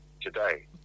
today